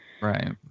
right